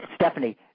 Stephanie